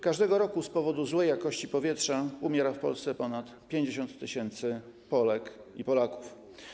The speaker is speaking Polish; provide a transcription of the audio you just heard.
Każdego roku z powodu złej jakości powietrza umiera w Polsce ponad 50 tys. Polek i Polaków.